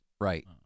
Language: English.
Right